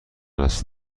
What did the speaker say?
است